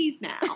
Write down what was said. now